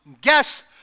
Guess